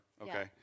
Okay